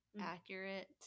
accurate